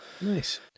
Nice